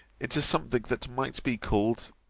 into something that might be called